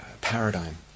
paradigm